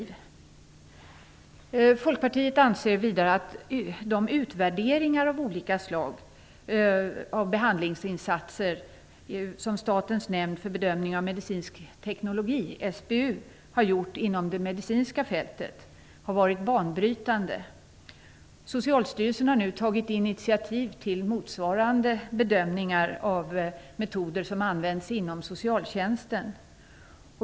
Vi i Folkpartiet anser också att de utvärderingar av olika slag beträffande behandlingsinsatser som Statens nämnd för bedömning av medicinsk teknologi, SBU, gjort inom det medicinska fältet har varit banbrytande. Socialstyrelsen har nu tagit initiativ till motsvarande bedömningar av metoder som används inom socialtjänsten.